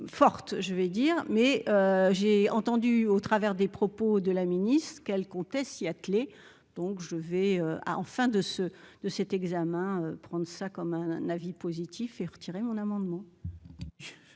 forte, je vais dire mais j'ai entendu au travers des propos de la ministre qu'elle comptait s'y atteler, donc je vais à en fin de ce de cet examen prendre ça comme un avis positif et retirer mon amendement.